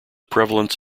prevalence